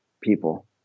people